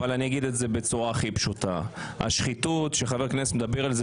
אבל אגיד את זה בצורה הכי פשוטה: השחיתות שחבר הכנסת מדבר עליה,